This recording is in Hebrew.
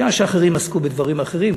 בשעה שאחרים עסקו בדברים אחרים,